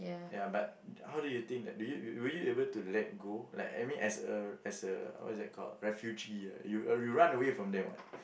ya but how do you think that do you would you able to let go like I mean as a as a what's that called a refugee ah you you run away from them what